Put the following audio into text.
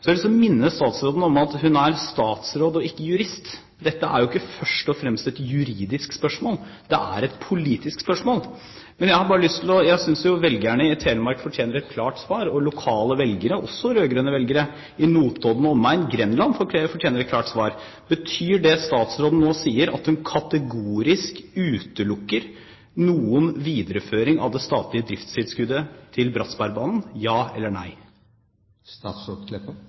minne statsråden om at hun er statsråd og ikke jurist. Dette er ikke først og fremst et juridisk spørsmål. Det er et politisk spørsmål. Men jeg synes velgerne i Telemark fortjener et klart svar, og lokale velgere, også rød-grønne velgere, i Notodden og omegn og Grenland, fortjener et klart svar. Betyr det statsråden nå sier, at hun kategorisk utelukker en videreføring av det statlige driftstilskuddet til Bratsbergbanen? Ja eller nei.